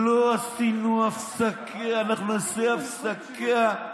לא עשינו הפסקה, אנחנו נעשה הפסקה,